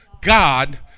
God